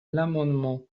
l’amendement